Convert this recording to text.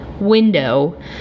window